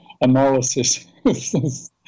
analysis